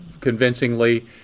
convincingly